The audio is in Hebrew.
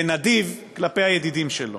ונדיב, כלפי הידידים שלו.